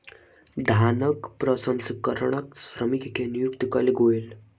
धानक प्रसंस्करणक श्रमिक के नियुक्ति कयल गेल